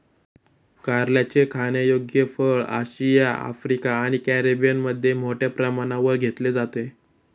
कारल्याचे खाण्यायोग्य फळ आशिया, आफ्रिका आणि कॅरिबियनमध्ये मोठ्या प्रमाणावर घेतले जाते